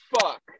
fuck